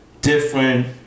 different